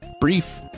brief